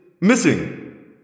missing